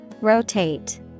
Rotate